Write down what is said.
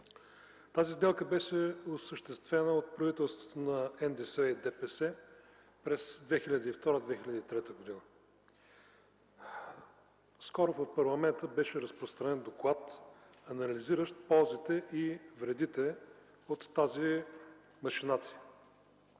Тази сделка беше осъществена от правителството на НДСВ и ДПС през 2002-2003 г. Скоро в парламента беше разпространен доклад, анализиращ ползите и вредите от тази машинация.